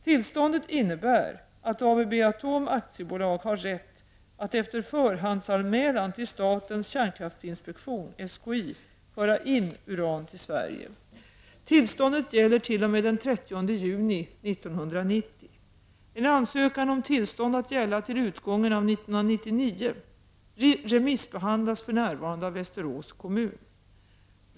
Tillståndet innebär att ABB Atom AB har rätt att efter förhandsanmälan till statens kärnkraftinspektion, SKI, föra in uran till Sverige. Tillståndet gäller t.o.m. den 30 juni 1990. En ansökan om tillstånd att gälla till utgången av 1999 remissbehandlas för närvarande av Västerås kommun.